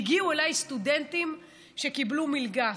הגיעו אליי סטודנטים שקיבלו מלגה.